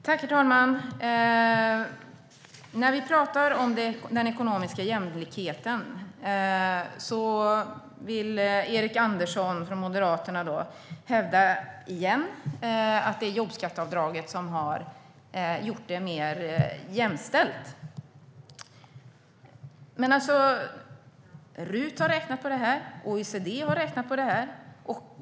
Herr talman! När vi pratar om den ekonomiska jämlikheten vill Erik Andersson från Moderaterna återigen hävda att det är jobbskatteavdraget som har gjort det mer jämställt. RUT har räknat på detta, och OECD har räknat på detta.